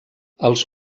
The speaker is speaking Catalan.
els